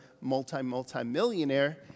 multi-multi-millionaire